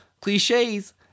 cliches